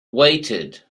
weighted